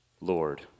Lord